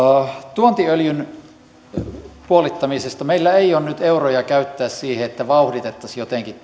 tuontiöljyn puolittamisesta meillä ei ole nyt euroja käyttää siihen että vauhditettaisiin jotenkin